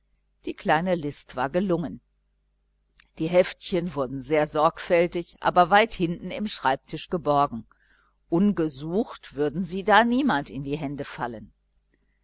die kleine list war gelungen die heftchen wurden sehr sorgfältig aber sehr weit hinten im schreibtisch geborgen ungesucht würden sie da niemand in die hände fallen